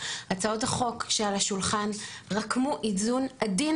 הצעות החוק שעל השולחן רקמו איזון עדין